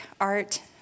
art